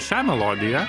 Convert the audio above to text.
šią melodiją